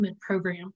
program